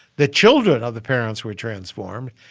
the children of the parents were transformed.